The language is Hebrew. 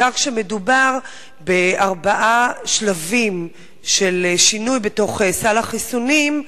בעיקר כשמדובר בארבעה שלבים של שינוי בתוך סל החיסונים,